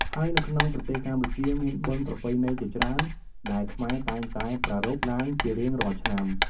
ហើយនៅក្នុងប្រទេសកម្ពុជាមានបុណ្យប្រពៃណីជាច្រើន ដែលខ្មែរតែងតែប្ររព្ធឡើងជារៀងរាល់ឆ្នាំ ។